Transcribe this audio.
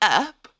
up